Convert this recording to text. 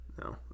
No